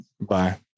Bye